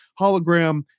hologram